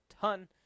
ton